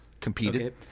competed